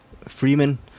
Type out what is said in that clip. Freeman